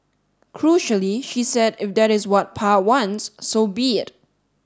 crucially she said if that is what pa wants so be it